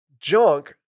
junk